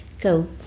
go